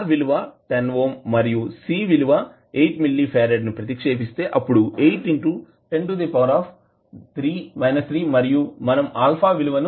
R విలువ 10ఓం మరియు C విలువ 8 మిల్లి ఫారాడ్ ని ప్రతిక్షేపిస్తే అప్పుడు 8 ఇంటూ 10 టూ ది పవర్ 3 మరియు మనం α విలువ 6